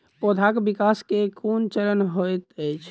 पौधाक विकास केँ केँ कुन चरण हएत अछि?